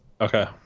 Okay